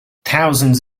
thousands